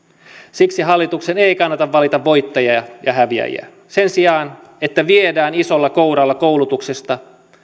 siksi hallituksen ei kannata valita voittajia ja ja häviäjiä sen sijaan että viedään isolla kouralla koulutuksesta